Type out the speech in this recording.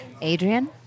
Adrian